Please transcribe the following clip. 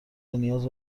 نیاز